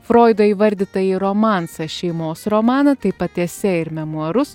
froido įvardytąjį romansą šeimos romaną taip pat esė ir memuarus